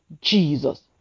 Jesus